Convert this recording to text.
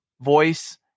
voice